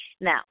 Now